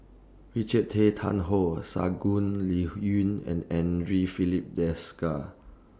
Richard Tay Tian Hoe Shangguan Liuyun and Andre Filipe Desker